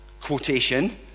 quotation